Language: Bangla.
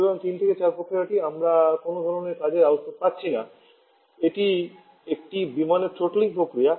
সুতরাং 3 থেকে 4 প্রক্রিয়াটির আগে আমরা কোনও ধরণের কাজের আউটপুট পাচ্ছি না এটি একটি বিমানের থ্রোটলিং প্রক্রিয়া